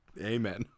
Amen